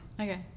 Okay